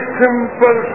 simple